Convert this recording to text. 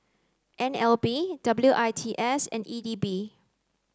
N L B W I T S and E D B